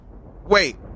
wait